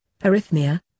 arrhythmia